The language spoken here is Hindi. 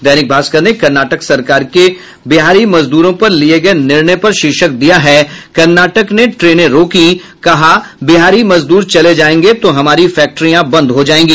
दैनिक भास्कर ने कर्नाटक सरकर के बिहारी मजदूरों पर लिये गये निर्णय पर शीर्षक दिया है कर्नाटक ने ट्रेनें रोकी कहा बिहार मजदूर चले जायेंगे तो हमारी फैक्ट्रियां बंद हो जायेगी